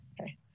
Okay